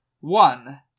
One